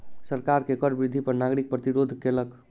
सरकार के कर वृद्धि पर नागरिक प्रतिरोध केलक